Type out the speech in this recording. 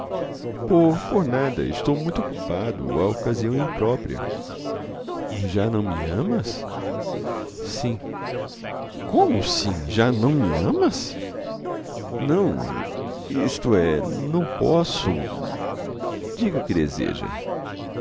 por por nada estou muito ocupado a ocasião e imprópria já não me amas sim como sim já não me amas não isto é não posso diga o que deseja